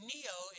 Neo